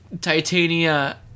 Titania